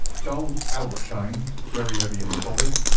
gold albert chain, very heavy and solid.